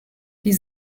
die